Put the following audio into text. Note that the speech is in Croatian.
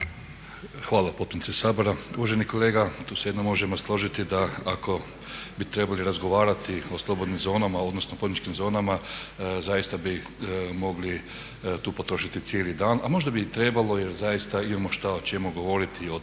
Hvala potpredsjednice Sabora. Uvaženi kolega, tu se jedino možemo složiti da ako bi trebali razgovarati o slobodnim zonama odnosno poduzetničkim zonama zaista bi mogli tu potrošiti cijeli dan a možda bi i trebalo jer zaista imamo šta o čemu govoriti,